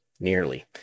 nearly